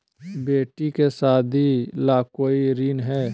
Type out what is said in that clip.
बेटी के सादी ला कोई ऋण हई?